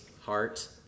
heart